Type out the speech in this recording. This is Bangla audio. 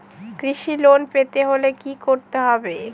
কৃষি লোন পেতে হলে কি করতে হবে?